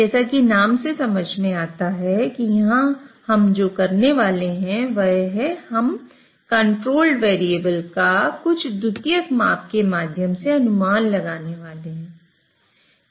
जैसा कि नाम से समझ में आता है कि हम यहां जो करने वाले हैं वह है कि हम कंट्रोल्ड वेरिएबल का कुछ द्वितीयक माप के माध्यम से अनुमान लगाने वाले हैं